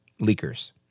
leakers